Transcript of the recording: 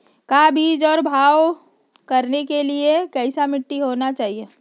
का बीज को भाव करने के लिए कैसा मिट्टी होना चाहिए?